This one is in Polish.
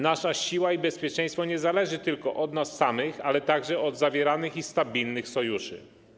Nasza siła i bezpieczeństwo zależą nie tylko od nas samych, ale także od zawieranych i stabilnych sojuszy.